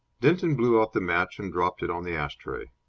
denton blew out the match and dropped it on the ash-tray.